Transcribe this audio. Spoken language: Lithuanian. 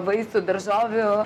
vaisių daržovių